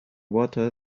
water